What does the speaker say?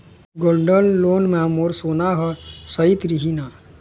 Gold loan मे मोर सोना हा सइत रही न?